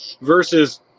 Versus